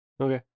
Okay